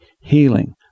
healing